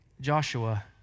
Joshua